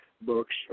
books